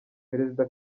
perezida